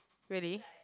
really